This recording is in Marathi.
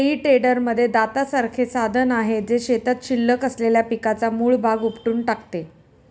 हेई टेडरमध्ये दातासारखे साधन आहे, जे शेतात शिल्लक असलेल्या पिकाचा मूळ भाग उपटून टाकते